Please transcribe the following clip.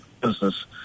business